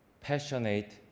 passionate